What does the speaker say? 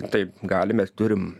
taip galim mes turim